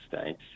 States